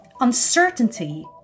Uncertainty